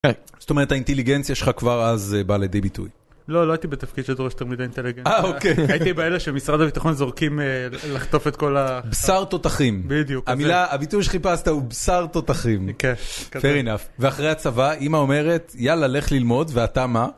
זאת אומרת האינטליגנציה שלך כבר אז באה לידי ביטוי. לא, לא הייתי בתפקיד שדורש יותר מדי אינטליגנציה. אה, אוקיי. הייתי באלה שמשרד הביטחון זורקים לחטוף את כל ה... בשר תותחים. בדיוק. המילה, הביטוי שחיפשת הוא בשר תותחים. כן. Fair enough. ואחרי הצבא אימא אומרת יאללה לך ללמוד ואתה מה?